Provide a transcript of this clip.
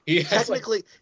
Technically